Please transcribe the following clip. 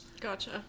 Gotcha